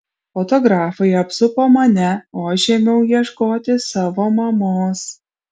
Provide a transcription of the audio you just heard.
fotografai apsupo mane o aš ėmiau ieškoti savo mamos